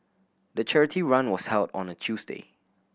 the charity run was held on a Tuesday